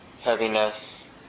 heaviness